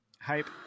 Hype